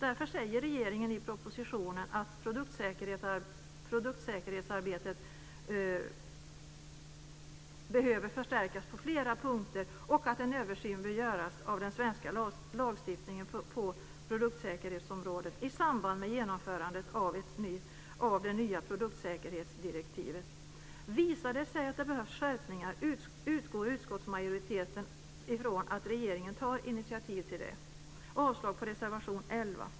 Därför säger regeringen i propositionen att produktsäkerhetsarbetet behöver förstärkas på flera punkter och att en översyn bör göras av den svenska lagstiftningen på produktsäkerhetsområdet i samband med genomförandet av det nya produktsäkerhetsdirektivet. Visar det sig att det behövs skärpningar utgår utskottsmajoriteten ifrån att regeringen tar initiativ till det. Jag yrkar avslag på reservation 11.